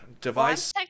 device